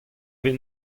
vez